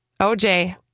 OJ